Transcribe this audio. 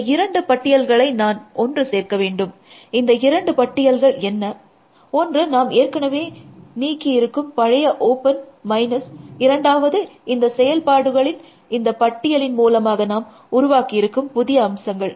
இந்த இரண்டு பட்டியல்களை நான் ஒன்று சேர்க்க வேண்டும் இந்த இரண்டு பட்டியல்கள் என்ன ஒன்று நாம் ஏற்கெனவே நீக்கியிருக்கும் பழைய ஓப்பன் மைனஸ் இரண்டாவது இந்த செயல்பாடுகளின் இந்த பட்டியலின் மூலமாக நாம் உருவாக்கியிருக்கும் புதிய அம்சங்கள்